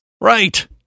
Right